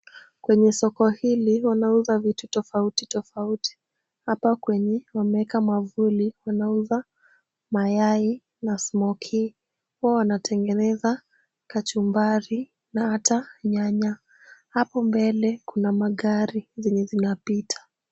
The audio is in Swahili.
Kwenye soko hili wanauza vitu tofauti tofauti. Hapa kwenye wameweka maavuli wanauza mayai na Smokie . Huwa wanatengeneza kachumbari na hata nyanya. Hapo mbele kuna magari zenye zinapita.